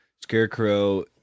Scarecrow